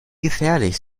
gefährlich